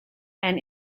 and